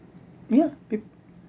yeah peop~